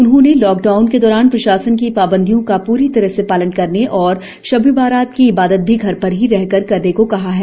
उन्होंने लॉकडाउन के दौरान प्रशासन की पाबंदियों का पूरी तरह से पालन करने और शबे बारात की इबादत भी घर पर ही रहकर करने को कहा है